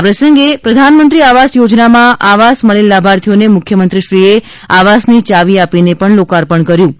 આ પ્રસંગે પ્રધાનમંત્રી આવાસ યોજનામાં આવાસ મળેલ લાભાર્થીઓને મુખ્યમંત્રીશ્રીએ આવાસની ચાવી આપીને લોકાર્પણ કર્યું હતું